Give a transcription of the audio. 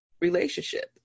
relationship